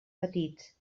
petits